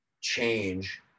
change